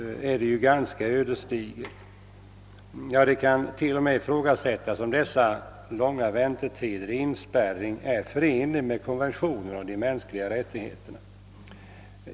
Ja, det kan t.o.m. ifrågasättas om dessa långa väntetider i inspärrning är förenliga med konventionen om de mänskliga rättigheterna.